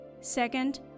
Second